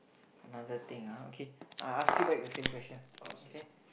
another thing ah okay I'll ask you back the same question okay